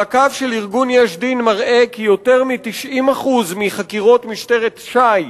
מעקב של ארגון "יש דין" מראה כי יותר מ-90% מחקירות משטרת ש"י